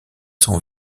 son